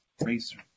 Racer